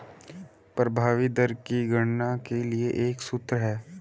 प्रभावी दर की गणना के लिए एक सूत्र है